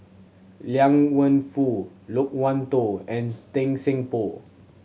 Liang Wenfu Loke Wan Tho and Tan Seng Poh